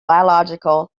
biological